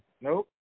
Nope